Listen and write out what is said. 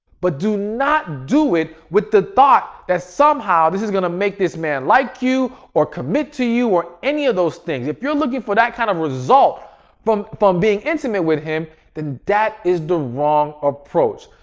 but do not do it with the thought that somehow this is going to make this man like you or commit to you or any of those things. if you're looking for that kind of result from from being intimate with him, then that is the wrong approach.